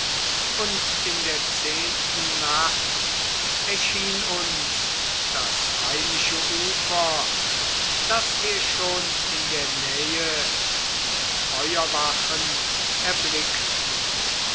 und in der zehnten nacht erschien uns das heimische ufer daß wir schon in der nähe die feuerwachen erblickten